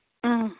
آ